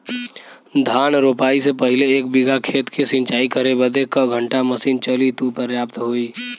धान रोपाई से पहिले एक बिघा खेत के सिंचाई करे बदे क घंटा मशीन चली तू पर्याप्त होई?